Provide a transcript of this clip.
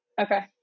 Okay